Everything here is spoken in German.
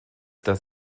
das